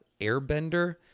airbender